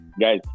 guys